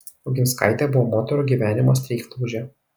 oginskaitė buvo moterų gyvenimo streiklaužė